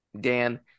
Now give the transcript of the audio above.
Dan